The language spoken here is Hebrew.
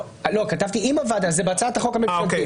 כתבתי אם הוועדה, זה בהצעת החוק הממשלתית.